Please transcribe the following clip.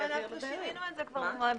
כבר שינינו את זה.